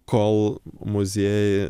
kol muziejai